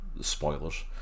spoilers